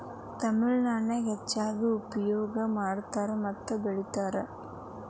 ತಮಿಳನಾಡಿನ್ಯಾಗ ಹೆಚ್ಚಾಗಿ ಉಪಯೋಗ ಮಾಡತಾರ ಮತ್ತ ಬೆಳಿತಾರ